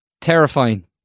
Terrifying